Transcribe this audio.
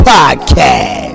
Podcast